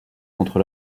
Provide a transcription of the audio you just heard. contre